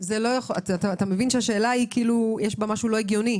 דניאל, אתה מבין שיש בשאלה הזאת משהו לא הגיוני?